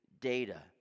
data